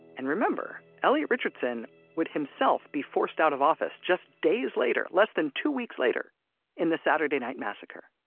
and remember, elliot richardson would himself be forced out of office just days later less than two weeks later in the saturday night massacre